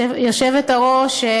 היושבת-ראש,